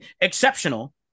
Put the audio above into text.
exceptional